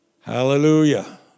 Hallelujah